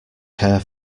care